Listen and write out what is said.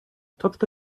тобто